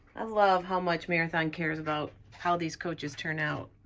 i love how much marathon cares about how these coaches turn out.